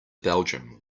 belgium